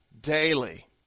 daily